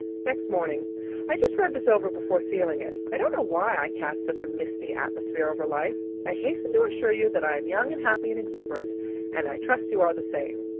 next morning i just read this over before sealing it. i don't know why i cast such a misty atmosphere over life. i hasten to assure you that i am young and happy and exuberant and i trust you are the same.